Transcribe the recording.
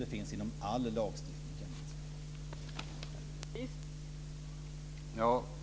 Det finns det inom all lagstiftning, Kenneth Kvist.